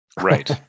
Right